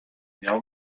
miał